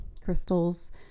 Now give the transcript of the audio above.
crystals